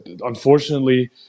unfortunately